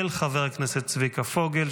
של חבר הכנסת צביקה פוגל,